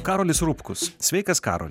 karolis rupkus sveikas karoli